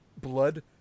blood